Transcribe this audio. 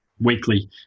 weekly